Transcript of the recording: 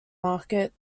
market